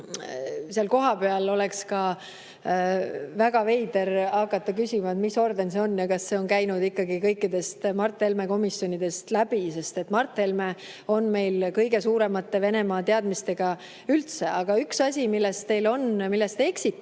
seal kohapeal oleks väga veider hakata küsima, mis orden see on ja kas see on käinud ikkagi kõikidest Mart Helme komisjonidest läbi, sest Mart Helme on meil kõige suuremate Venemaa teadmistega üldse. Aga üks asi, milles te eksite, milles isegi